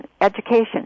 education